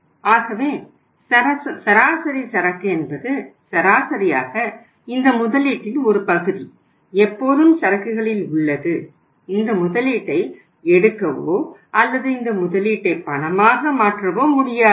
ஆகவே சராசரி சரக்கு என்பது சராசரியாக இந்த முதலீட்டின் ஒரு பகுதி எப்போதும் சரக்குகளில் உள்ளது இந்த முதலீட்டை எடுக்கவோ அல்லது இந்த முதலீட்டை பணமாக மாற்றவோ முடியாது